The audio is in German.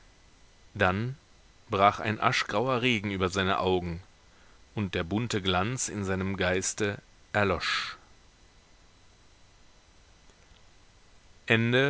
dann brach ein aschgrauer regen über seine augen und der bunte glanz in seinem geiste erlosch